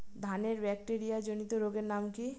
ধানের ব্যাকটেরিয়া জনিত রোগের নাম কি?